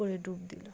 ডুব দিল